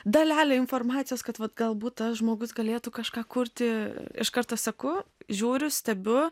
dalelę informacijos kad vat galbūt tas žmogus galėtų kažką kurti iš karto seku žiūriu stebiu